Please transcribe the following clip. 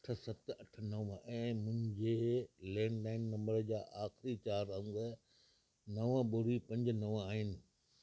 सत अठ नव ऐं मुंहिंजे लैंडलाइन नंबर जा आख़िरी चार अंग नव ॿुड़ी पंज नव आहिनि